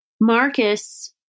Marcus